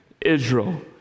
Israel